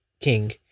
king